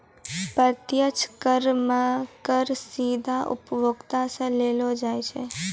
प्रत्यक्ष कर मे कर सीधा उपभोक्ता सं लेलो जाय छै